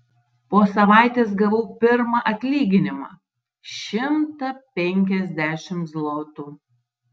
po savaitės gavau pirmą atlyginimą šimtą penkiasdešimt zlotų